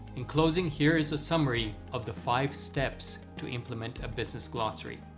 in closing here is a summary of the five steps to implement a business glossary